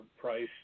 price